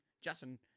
Justin